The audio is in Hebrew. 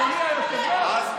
עזמי בשארה מוסר לך ד"ש.